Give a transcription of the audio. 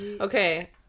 okay